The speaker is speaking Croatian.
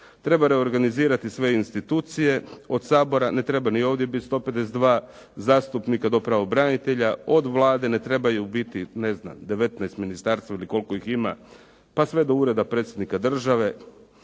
Treba reorganizirati sve institucije od Sabora, ne treba ni ovdje biti 152 zastupnika do pravobranitelja, od Vlade, ne trebaju biti 19 ministarstava ili koliko ih ima pa sve do Ureda predsjednika države,